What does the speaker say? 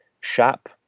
shop